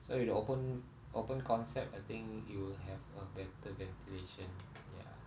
so with the open open concept I think you will have a better ventilation ya